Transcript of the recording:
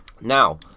Now